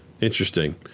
Interesting